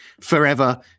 forever